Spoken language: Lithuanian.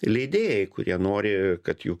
leidėjai kurie nori kad jų